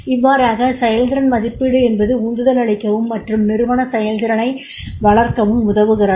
இவ்வாறாக செயல்திறன் மதிப்பீடு என்பது உந்துதல் அளிக்கவும் மற்றும் நிறுவன செயல்திறனை வளர்க்கவும் உதவுகிறது